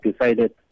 decided